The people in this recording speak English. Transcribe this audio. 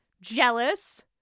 jealous